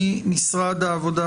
ממשרד העבודה,